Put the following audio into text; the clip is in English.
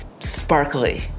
sparkly